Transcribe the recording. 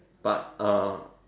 but uh